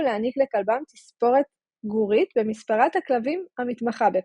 להעניק לכלבם תספורת גורית במספרת כלבים המתמחה בכך.